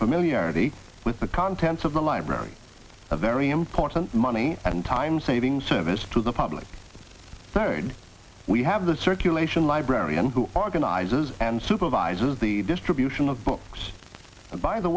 familiarity with the contents of the library a very important money and time saving service to the public third we have the circulation librarian who organizes and supervises the distribution of books and by the